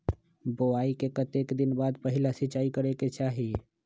बोआई के कतेक दिन बाद पहिला सिंचाई करे के चाही?